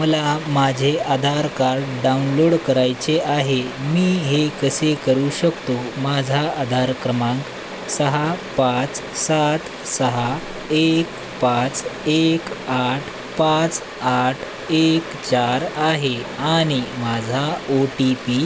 मला माझे Aadhaar card download करायचे आहे मी हे कसे करू शकतो माझा आधार क्रमांक सहा पाच सात सहा एक पाच एक आठ पाच आठ एक चार आहे आणि माझा ओ टी पी